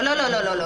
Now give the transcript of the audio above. לא, לא.